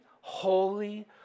holy